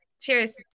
Cheers